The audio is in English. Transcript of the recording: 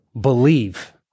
Believe